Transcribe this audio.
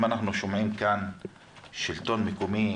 אם אנחנו שומעים כאן שלטון מקומי,